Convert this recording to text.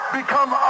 become